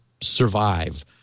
survive